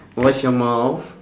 watch your mouth